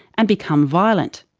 and become violent.